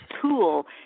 tool